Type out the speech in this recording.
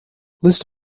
list